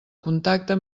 contacte